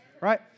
right